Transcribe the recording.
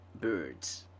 birds